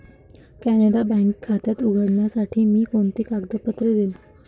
कॅनरा बँकेत खाते उघडण्यासाठी मी कोणती कागदपत्रे घेऊ?